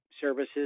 services